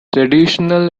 traditional